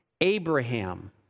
Abraham